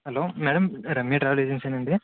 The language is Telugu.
హలో మేం రమ్య ట్రావల్ ఏజెన్సీనా అండి